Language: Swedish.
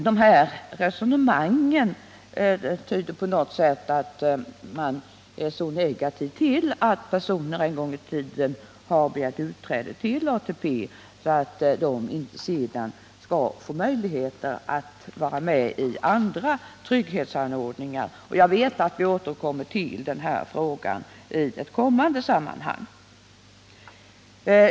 Det här resonemanget tyder på att man är så negativt inställd till de personer som en gång tiden begärt utträde ur ATP att man inte vill att de skall ha möjlighet att få del av andra trygghetsanordningar. Jag vet att vi återkommer till denna fråga i ett senare sammanhang.